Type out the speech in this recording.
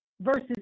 versus